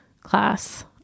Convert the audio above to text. class